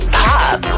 pop